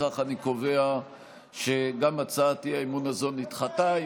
לפיכך אני קובע שגם הצעת האי-אמון הזאת נדחתה.